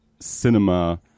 cinema